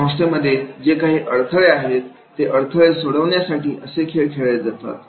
संस्थेमध्ये जे काही अडथळे आहेत ते अडथळे सोडवण्यासाठी असे खेळ खेळले जातात